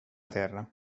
terra